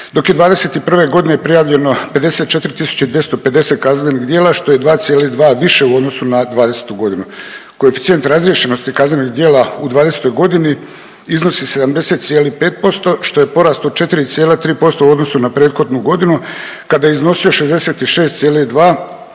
dok je '21. g. prijavljeno 54 250 kaznenih djela, što je 2,2 više u odnosu na '20. g. Koeficijent razriješenosti kaznenih djela u '20. g. iznosi 70,5%, što je porast od 4,3% u odnosu na prethodnu godinu kada je iznosio 66,2,